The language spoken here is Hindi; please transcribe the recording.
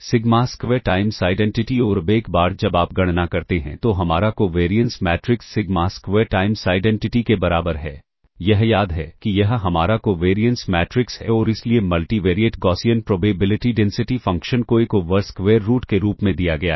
सिग्मा स्क्वेर टाइम्स आइडेंटिटी और अब एक बार जब आप गणना करते हैं तो हमारा covariance matrix sigma square times identity के बराबर है यह याद है कि यह हमारा कोवेरिएंस मैट्रिक्स है और इसलिए multivariate Gaussian probability density function को 1 ओवर स्क्वेर रूट के रूप में दिया गया है